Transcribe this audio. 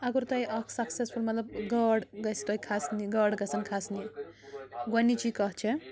اگر تۄہہِ اَکھ سَکسَسفُل مطلب گاڈ گژھِ تۄہہِ کھَسنہِ گاڈٕ گژھَن کھسنہِ گۄڈٕنِچی کَتھ چھےٚ